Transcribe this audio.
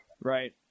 right